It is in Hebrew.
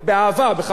לא מוסריים,